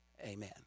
amen